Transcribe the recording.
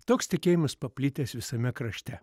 toks tikėjimas paplitęs visame krašte